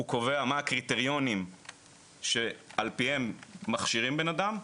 הוא קובע מה הקריטריונים שעל פיהם מכשירים בן אדם,